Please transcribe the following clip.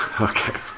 Okay